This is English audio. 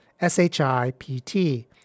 S-H-I-P-T